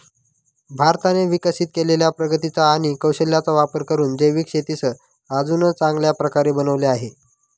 भारताने विकसित केलेल्या प्रगतीचा आणि कौशल्याचा वापर करून जैविक शेतीस अजून चांगल्या प्रकारे बनवले आहे